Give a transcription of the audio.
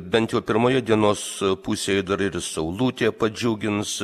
bent jau pirmoje dienos pusėje dar ir saulutė pradžiugins